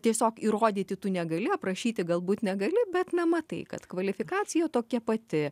tiesiog įrodyti tu negali aprašyti galbūt negali bet na matai kad kvalifikacija tokia pati